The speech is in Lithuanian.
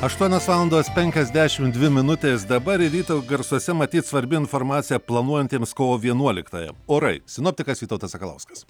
aštuonios valandos penkiasdešimt dvi minutės dabar ir ryto garsuose matyt svarbi informacija planuojantiems kovo vienuoliktąją orai sinoptikas vytautas sakalauskas